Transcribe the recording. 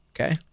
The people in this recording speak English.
Okay